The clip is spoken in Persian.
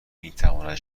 میتواند